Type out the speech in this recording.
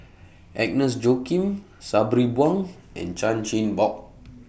Agnes Joaquim Sabri Buang and Chan Chin Bock